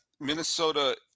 Minnesota